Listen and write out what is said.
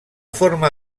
forma